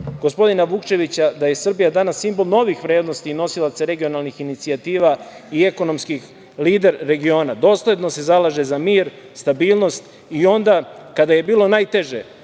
gospodina Vukčevića, da je Srbija danas simbol novih vrednosti i nosilac regionalnih inicijativa i ekonomski lider regiona, dosledno se zalaže za mir, stabilnost i onda kada je bilo najteže,